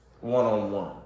One-on-one